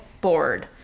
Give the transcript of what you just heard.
bored